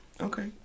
okay